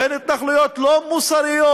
התנחלויות לא מוסריות,